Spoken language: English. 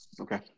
Okay